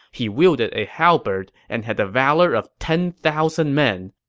he wielded a halberd and had the valor of ten thousand men.